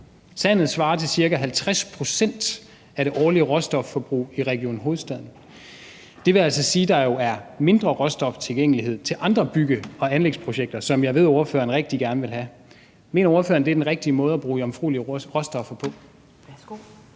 Sandet svarer til ca. 50 pct. af det årlige råstofforbrug i Region Hovedstaden. Det vil altså sige, at der jo er mindre råstoftilgængelighed til andre bygge- og anlægsprojekter, som jeg ved at ordføreren rigtig gerne vil have. Mener ordføreren, at det er den rigtige måde at bruge jomfruelige råstoffer på?